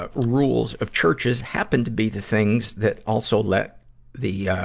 ah rules of churches happen to be the things that also let the, yeah